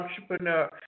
entrepreneur